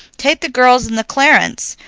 take the girls in the clarence.